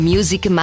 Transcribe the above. Music